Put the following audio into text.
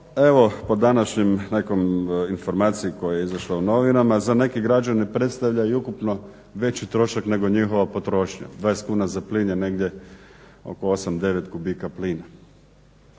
evo po današnjem nekom, informaciji koja je izašla u novinama za neke građane predstavlja i ukupno veći trošak nego njihova potrošnja. 20 kuna za plin je negdje oko 8, 9 kubika plina.